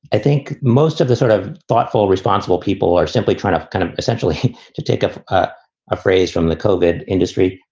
i think most of the sort of thoughtful, responsible people are simply trying to kind of essentially to take a ah phrase from the coded industry,